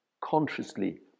consciously